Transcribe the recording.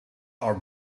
are